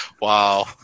Wow